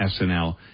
SNL